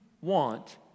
want